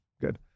good